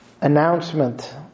announcement